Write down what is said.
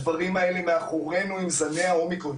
הדברים האלה מאחורני עם זני האומיקרון.